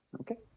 Okay